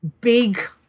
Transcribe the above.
big